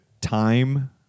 time